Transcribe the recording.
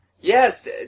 Yes